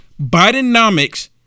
Bidenomics